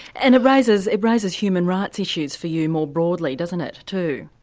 and it raises it raises human rights issues for you more broadly, doesn't it, too?